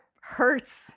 hurts